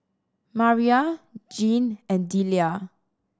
Mariyah Jeane and Delia